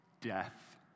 death